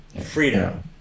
freedom